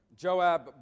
Joab